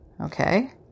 okay